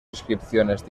inscripciones